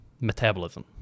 metabolism